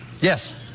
Yes